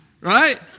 right